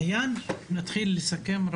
מעין, בבקשה, נתחיל לסכם.